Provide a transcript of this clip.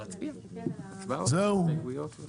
להצביע, הצבעות, הסתייגויות.